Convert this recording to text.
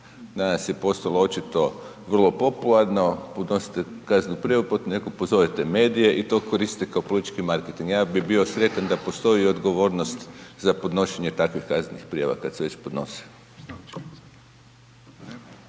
Danas je postalo očito vrlo popularno podnositi kaznenu prijavu, pozovete medije i to koristite kao politički marketing. Ja bih bio sretan da postoji odgovornost za podnošenje takvih kaznenih prijava kada se već podnose.